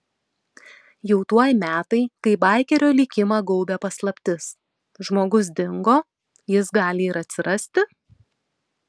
jau tuoj metai kai baikerio likimą gaubia paslaptis žmogus dingo jis gali ir atsirasti